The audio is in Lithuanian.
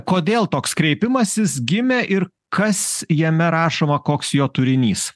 kodėl toks kreipimasis gimė ir kas jame rašoma koks jo turinys